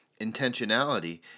Intentionality